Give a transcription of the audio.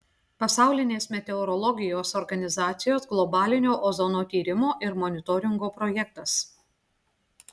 pasaulinės meteorologijos organizacijos globalinio ozono tyrimo ir monitoringo projektas